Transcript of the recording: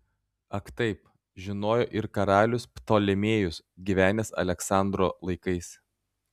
ak taip žinojo ir karalius ptolemėjus gyvenęs aleksandro laikais